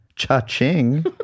Cha-ching